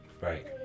Right